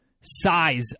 size